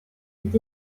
est